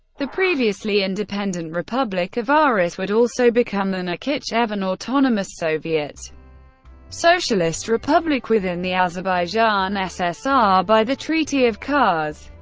the previously independent republic of aras would also become the nakhichevan autonomous soviet socialist republic within the azerbaijan ssr by the treaty of kars.